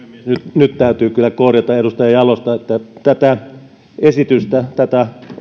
nyt täytyy kyllä korjata edustaja jalosta että tätä esitystä tätä